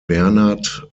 bernhard